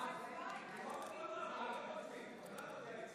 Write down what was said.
ההצבעה אינה חוקית.